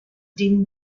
din